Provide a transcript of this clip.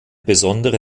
besondere